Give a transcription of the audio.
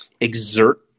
exert